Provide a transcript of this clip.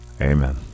Amen